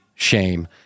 shame